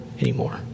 anymore